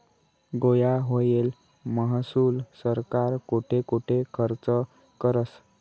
गोया व्हयेल महसूल सरकार कोठे कोठे खरचं करस?